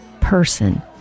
person